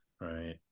right